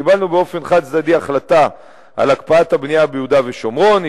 קיבלנו באופן חד-צדדי החלטה על הקפאת הבנייה ביהודה ושומרון,